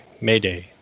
mayday